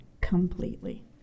completely